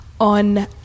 on